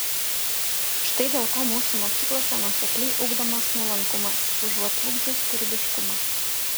štai dėl ko mūsų mokyklose nuosekliai ugdomas nuolankumas užuot ugdžius kūrybiškumą